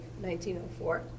1904